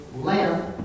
lamp